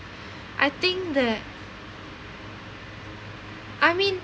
I think the I mean